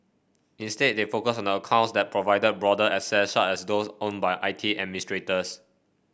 instead they focus on accounts that provided broader access such as those owned by I T administrators